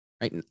Right